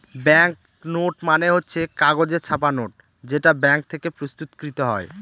bank note মানে হচ্ছে কাগজে ছাপা নোট যেটা ব্যাঙ্ক থেকে প্রস্তুত কৃত হয়